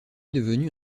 devenu